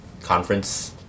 conference